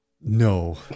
No